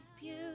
beauty